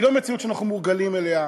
לא מציאות שאנחנו מורגלים אליה.